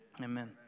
Amen